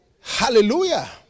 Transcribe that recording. Hallelujah